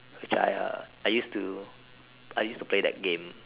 which I uh I use to play that game